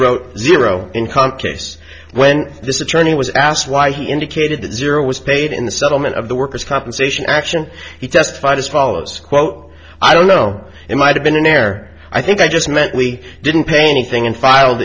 wrote zero income case when this attorney was asked why he indicated that zero was paid in the settlement of the worker's compensation action he testified as follows quote i don't know it might have been an air i think i just meant we didn't pay anything and filed